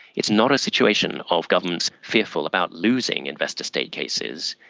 it's not a situation of governments fearful about losing investor-state cases,